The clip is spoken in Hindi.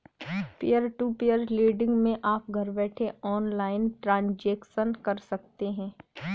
पियर टू पियर लेंड़िग मै आप घर बैठे ऑनलाइन ट्रांजेक्शन कर सकते है